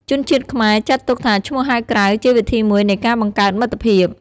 ជនជាតិខ្មែរចាត់ទុកថាឈ្មោះហៅក្រៅជាវិធីមួយនៃការបង្កើតមិត្តភាព។